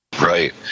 Right